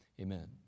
Amen